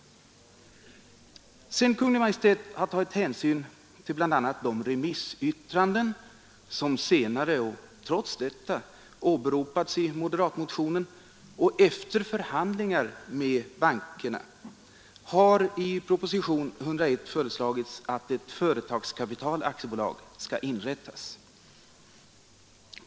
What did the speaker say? Sedan Kungl. Maj:t tagit hänsyn till bl.a. de remissyttranden som senare och trots detta åberopats i moderatmotionen och efter förhandlingar med bankerna har i propositionen 101 föreslagits att ett Företagskapital AB skall inrättas.